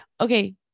okay